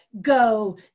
go